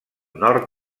nord